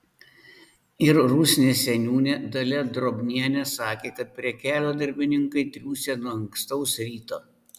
ir rusnės seniūnė dalia drobnienė sakė kad prie kelio darbininkai triūsia nuo ankstaus ryto